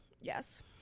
Yes